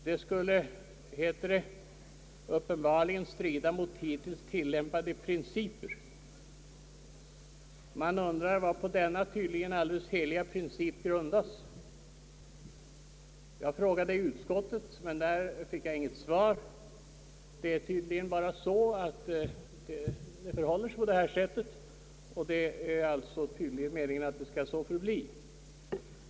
Det skulle, heter det, »uppenbarligen strida mot hittills tillämpade principer». Man undrar varpå denna tydligen heliga princip grundas. Jag frågade i utskottet, men där fick jag inte något svar. Det förhåller sig bara på det sättet, och det är tydligen meningen att det så skall förbli.